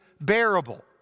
bearable